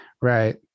right